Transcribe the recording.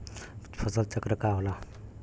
फसल चक्रण का होला?